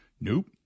Nope